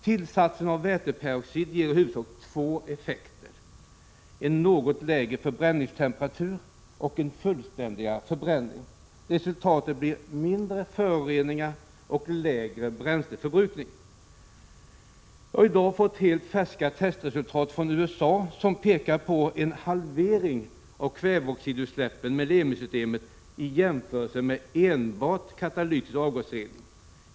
Tillsatsen av väteperoxid ger i huvudsak två effekter: en något lägre förbränningstemperatur och en fullständigare förbränning. Resultatet blir mindre föroreningar och lägre bränsleförbrukning. Jag har i dag från USA fått helt färska testresultat, som pekar på en halvering av kväveoxidutsläppen med LEMI-systemet i jämförelse med enbart katalytisk avgasrening.